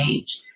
age